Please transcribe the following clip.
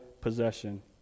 possession